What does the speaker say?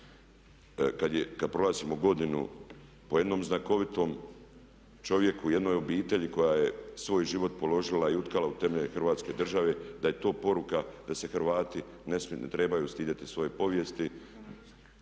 kad proglasimo godinu po jednom znakovitom čovjeku, jednoj obitelji koja je svoj život položila i utkala u temelje Hrvatske države da je to poruka da se Hrvati ne trebaju stidjeti svoje povijesti.